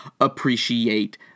appreciate